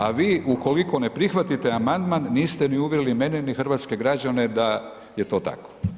A vi ukoliko ne prihvatite amandman niste ni uvjerili mene ni hrvatske građane da je to tako.